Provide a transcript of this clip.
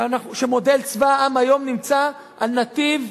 שמודל צבא העם היום נמצא על נתיב,